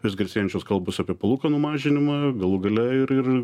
vis garsėjančios kalbos apie palūkanų mažinimą galų gale ir ir